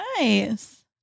Nice